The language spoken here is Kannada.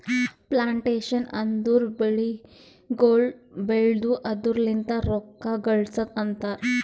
ಪ್ಲಾಂಟೇಶನ್ ಅಂದುರ್ ಬೆಳಿಗೊಳ್ ಬೆಳ್ದು ಅದುರ್ ಲಿಂತ್ ರೊಕ್ಕ ಗಳಸದ್ ಅಂತರ್